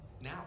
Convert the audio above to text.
now